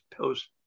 post